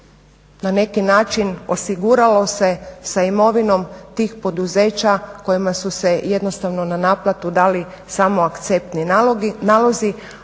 na neki način osiguralo se sa imovinom tih poduzeća kojima su se jednostavno na naplatu dali samo akceptni nalozi,